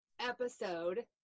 episode